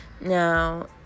Now